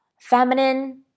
feminine